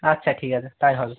আচ্ছা ঠিক আছে তাই হবে